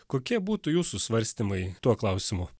kokie būtų jūsų svarstymai tuo klausimu